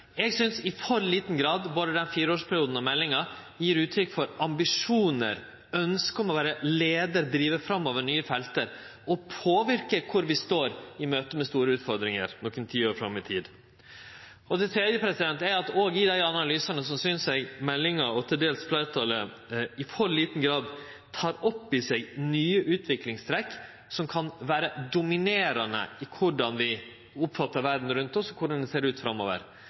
Eg synest både denne fireårsperioden og meldinga i for liten grad gjev uttrykk for ambisjonar, ønske om å vere leiar, drive framover nye felt og påverke kvar vi står i møte med store utfordringar nokre tiår fram i tid. Det tredje er at òg i dei analysane synest eg meldinga og til dels fleirtalet i for liten grad tek opp i seg nye utviklingstrekk som kan vere dominerande for korleis vi oppfattar verda rundt oss, korleis det ser ut framover.